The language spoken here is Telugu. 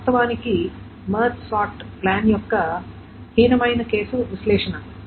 ఇది వాస్తవానికి మెర్జ్ సార్ట్ ప్లాన్ యొక్క చెత్త హీనమైన కేసు విశ్లేషణ